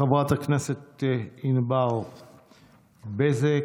חברת הכנסת ענבר בזק,